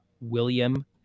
William